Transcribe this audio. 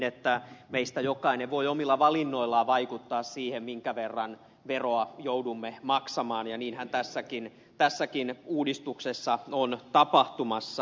näin meistä jokainen voi omilla valinnoillaan vaikuttaa siihen minkä verran veroa joudumme maksamaan ja niinhän tässäkin uudistuksessa on tapahtumassa